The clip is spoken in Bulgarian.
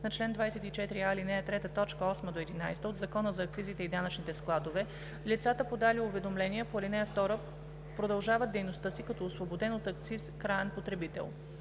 на чл. 24а, ал. 3, т. 8 – 11 от Закона за акцизите и данъчните складове лицата, подали уведомление по ал. 2, продължават дейността си като освободен от акциз краен потребител.